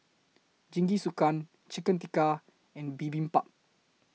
Jingisukan Chicken Tikka and Bibimbap